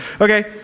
Okay